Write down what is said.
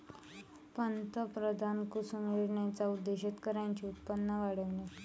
पंतप्रधान कुसुम योजनेचा उद्देश शेतकऱ्यांचे उत्पन्न वाढविणे